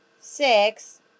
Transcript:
six